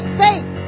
faith